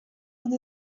one